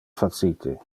facite